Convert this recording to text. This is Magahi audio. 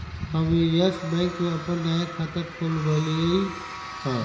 हम यस बैंक में अप्पन नया खाता खोलबईलि ह